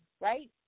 right